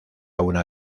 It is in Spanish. una